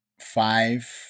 five